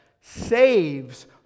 saves